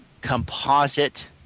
composite